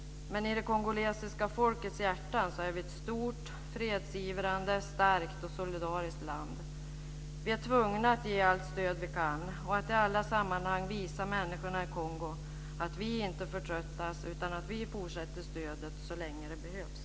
Men i det kongolesiska folkets hjärtan är vi ett stort, fredsivrande, starkt och solidariskt land. Vi är tvungna att ge allt stöd vi kan och att i alla sammanhang visa människorna i Kongo att vi inte förtröttas, utan att vi fortsätter stödja så länge det behövs.